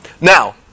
Now